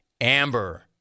Amber